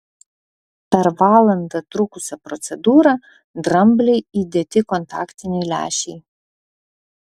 per valandą trukusią procedūrą dramblei įdėti kontaktiniai lęšiai